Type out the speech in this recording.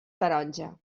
taronja